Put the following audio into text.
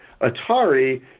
Atari